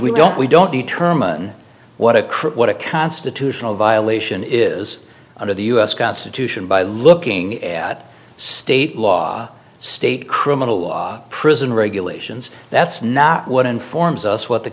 we don't we don't determine what a crook what a constitutional violation is under the us constitution by looking at state law state criminal law prison regulations that's not what informs us what the